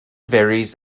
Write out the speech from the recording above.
varies